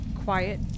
quiet